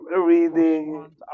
reading